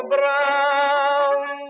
Brown